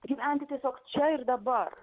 gyventi tiesiog čia ir dabar